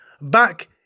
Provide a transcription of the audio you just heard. back